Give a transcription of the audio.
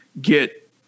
get